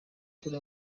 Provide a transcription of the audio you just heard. turi